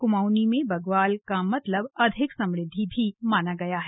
कुमाऊंनी में बग्वाल का मतलब अधिक समुद्धि भी माना गया है